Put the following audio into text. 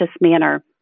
manner